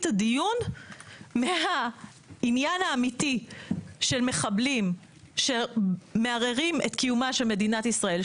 את הדיון מהעניין האמיתי של מחבלים שמערערים את קיומה של מדינת ישראל,